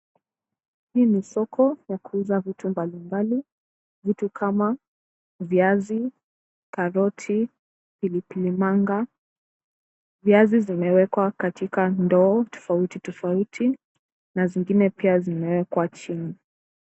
Hii ni soko ya kuuza vitu mbali mbali, vitu kama viazi, karoti, pilipili manga. Viazi zimewekwa katika ndoo tofauti tofauti, na zingine pia zimewekwa chini.